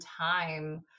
time